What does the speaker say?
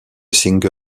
single